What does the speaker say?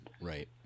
Right